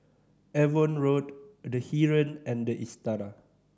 Avon Road The Heeren and The Istana